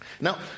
Now